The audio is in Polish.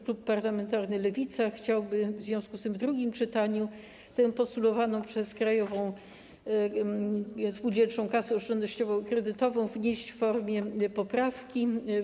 Klub parlamentarny Lewica chciałby w związku z tym w drugim czytaniu tę postulowaną przez Krajową Spółdzielczą Kasę Oszczędnościowo-Kredytową wnieść w formie poprawki.